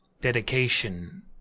Dedication